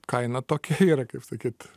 kaina tokia yra kaip sakyt